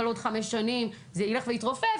אבל בעוד חמש שנים זה ילך ויתרופף,